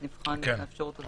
אז נבחן את האפשרות הזאת,